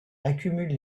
accumule